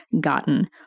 gotten